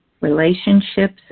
Relationships